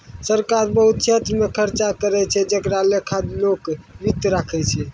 सरकार बहुत छेत्र मे खर्चा करै छै जेकरो लेखा लोक वित्त राखै छै